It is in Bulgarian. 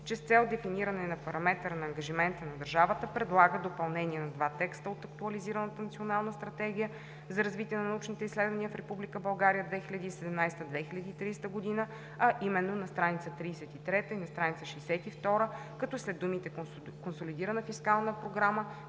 че с цел дефиниране на параметъра на ангажимента на държавата предлага допълнение на два текста от актуализираната Национална стратегия за развитие на научните изследвания в Република България 2017 – 2030 г., а именно на стр. 33 и на стр. 62, като след думите „консолидирана фискална програма“,